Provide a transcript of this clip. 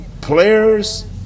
players –